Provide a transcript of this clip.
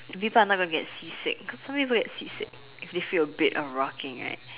and people are not going to get sea sick cause some people get sea sick if they feel a bit of rocking right